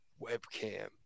webcam